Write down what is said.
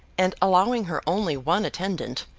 and allowing her only one attendant,